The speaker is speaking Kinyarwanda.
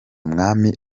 umwami